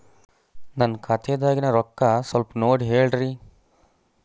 ನನ್ನ ಖಾತೆದಾಗಿನ ರೊಕ್ಕ ಸ್ವಲ್ಪ ನೋಡಿ ಹೇಳ್ರಿ